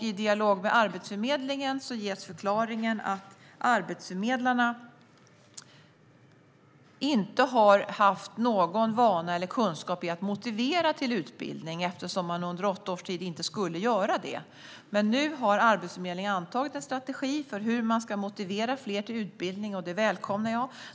I dialog med Arbetsförmedlingen ges förklaringen att arbetsförmedlarna inte har haft någon vana eller kunskap i att motivera till utbildning eftersom de under åtta års tid inte skulle göra det. Nu har Arbetsförmedlingen antagit en strategi för hur de ska motivera fler till utbildning. Det välkomnar jag.